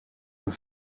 een